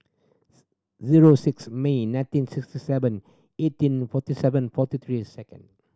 zero six May nineteen sixty seven eighteen forty seven forty three seconds